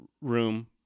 room